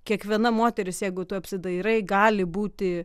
kiekviena moteris jeigu tu apsidairai gali būti